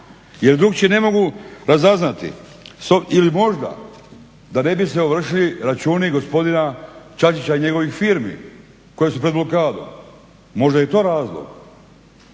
jer drukčije ne mogu razaznati. Ili možda da ne bi se ovršili računi gospodina Čačića i njegovih firmi koje su pred blokadom, možda je i to razlog.